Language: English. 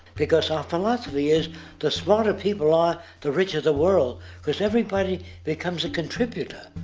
because our philosophy is the smarter people are the richer the world because everybody becomes a contributor.